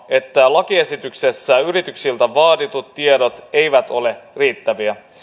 että lakiesityksessä yrityksiltä vaaditut tiedot eivät ole riittäviä